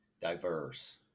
diverse